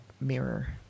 mirror